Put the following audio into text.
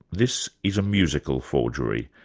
this is a musical forgery.